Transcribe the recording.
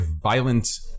violent